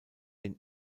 den